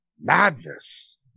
Madness